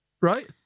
Right